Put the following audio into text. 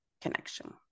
connection